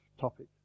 topic